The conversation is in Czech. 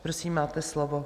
Prosím, máte slovo.